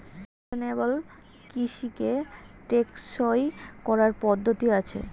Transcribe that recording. sustainable কৃষিকে টেকসই করার পদ্ধতি আছে